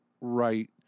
right